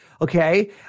Okay